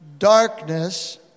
darkness